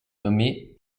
nommé